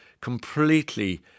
completely